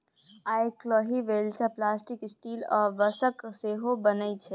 आइ काल्हि बेलचा plastic, steel आ बाँसक सेहो बनै छै